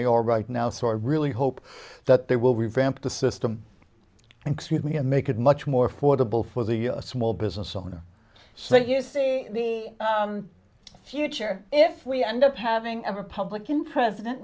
they are right now so i really hope that they will revamp the system and excuse me and make it much more affordable for the small business owner so that you see the future if we end up having a republican president